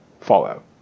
Fallout